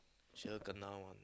sure kena one